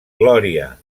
glòria